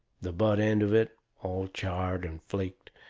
the butt end of it, all charred and flaked,